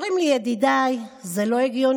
אומרים לי ידידיי, זה לא הגיוני.